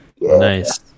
Nice